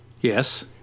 Yes